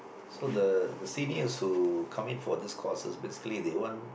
so the the seniors who come in for these courses basically they want